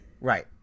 right